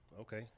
Okay